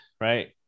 right